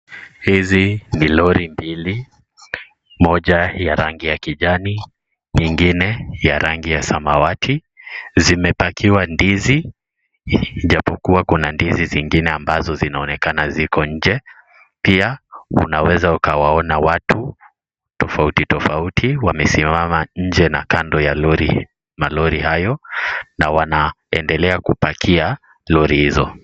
Hizi ni lori mbili. Moja ya rangi ya kijani, nyingine ya rangi ya samawati. Zimepakiwa ndizi, ijapokuwa kuna ndizi zingine ambazo zinazoonekana ziko nje. Pia unaweza ukawaona watu tofauti tofauti wamesimama nje na kando ya lori, malori hayo na wanaendelea kupakia lori hizo.